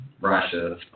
Russia